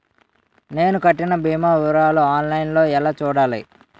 నేను కట్టిన భీమా వివరాలు ఆన్ లైన్ లో ఎలా చూడాలి?